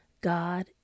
God